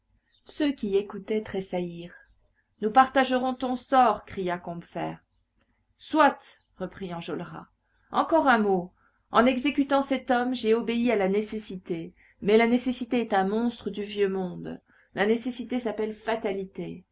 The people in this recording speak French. ceux qui écoutaient tressaillirent nous partagerons ton sort cria combeferre soit reprit enjolras encore un mot en exécutant cet homme j'ai obéi à la nécessité mais la nécessité est un monstre du vieux monde la nécessité s'appelle fatalité